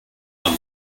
them